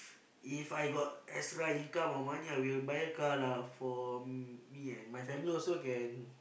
If I got extra income or money I will buy a car lah for me and my family also can